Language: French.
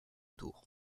tour